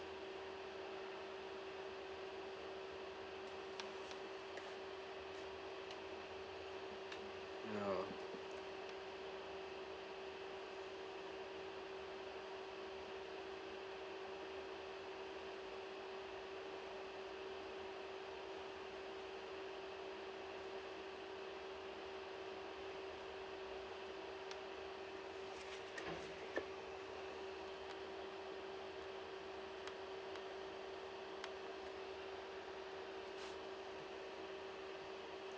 ya